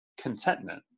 Contentment